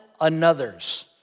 another's